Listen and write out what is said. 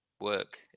work